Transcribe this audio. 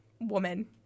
woman